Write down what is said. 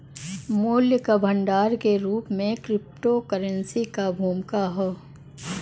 मूल्य क भंडार के रूप में क्रिप्टोकरेंसी क भूमिका हौ